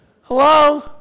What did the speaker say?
Hello